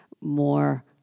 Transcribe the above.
more